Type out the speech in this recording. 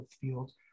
fields